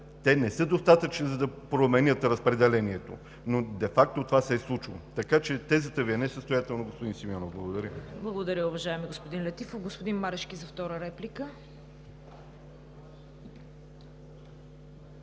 те не са достатъчни, за да променят разпределението, но де факто това се е случило. Така че тезата Ви е несъстоятелна, господин Симеонов. Благодаря. ПРЕДСЕДАТЕЛ ЦВЕТА КАРАЯНЧЕВА: Благодаря, уважаеми господин Летифов. Господин Марешки – втора реплика.